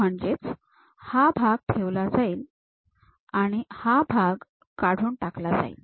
म्हणजेच हा भाग ठेवला जाईल आणि हा भाग काढून टाकला जाईल